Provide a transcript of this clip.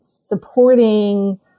supporting